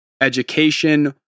education